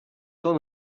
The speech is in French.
temps